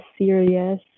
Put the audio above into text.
serious